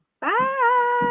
Bye